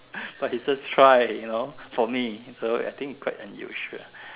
but he just try you know for me so I think its quite unusual